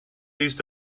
east